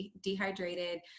dehydrated